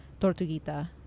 Tortuguita